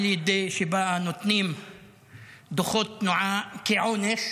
על ידי מתן דוחות תנועה כעונש